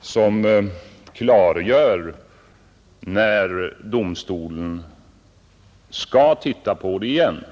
som klargör, när domstolen skall titta på det igen.